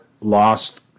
lost